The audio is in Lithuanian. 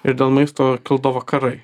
ir dėl maisto kildavo karai